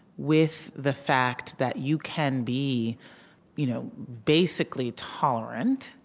with the fact that you can be you know basically tolerant,